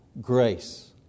Grace